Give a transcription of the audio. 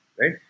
right